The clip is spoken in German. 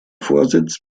vorsitz